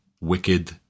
wicked